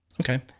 okay